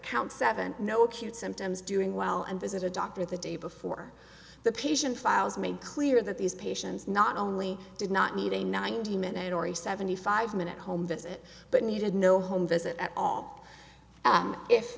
counts seven no acute symptoms doing well and visit a doctor the day before the patient files made clear that these patients not only did not need a ninety minute or a seventy five minute home visit but needed no home visit at all